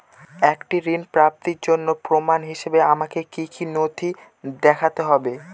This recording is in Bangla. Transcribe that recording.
একটি ঋণ প্রাপ্তির জন্য প্রমাণ হিসাবে আমাকে কী কী নথি দেখাতে হবে?